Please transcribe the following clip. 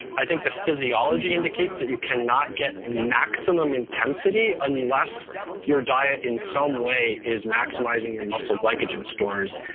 i think the physiology indicates that you cannot get maximum intensity unless your diet in some way is maximizing your muscle glycogen stores.